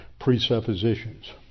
presuppositions